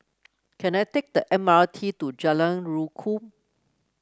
can I take the M R T to Jalan Rukam